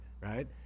right